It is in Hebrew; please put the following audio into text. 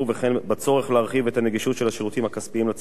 בצורך להרחיב את הנגישות של השירותים הכספיים לציבור,